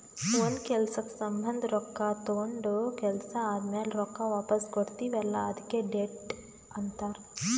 ಒಂದ್ ಕೆಲ್ಸಕ್ ಸಂಭಂದ ರೊಕ್ಕಾ ತೊಂಡ ಕೆಲ್ಸಾ ಆದಮ್ಯಾಲ ರೊಕ್ಕಾ ವಾಪಸ್ ಕೊಡ್ತೀವ್ ಅಲ್ಲಾ ಅದ್ಕೆ ಡೆಟ್ ಅಂತಾರ್